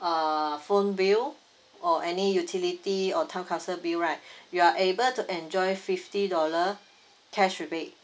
uh phone bill or any utility or town council bill right you are able to enjoy fifty dollar cash rebate